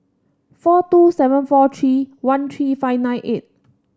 four two seven four three one three five nine eight